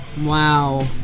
Wow